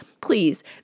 please